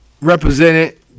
represented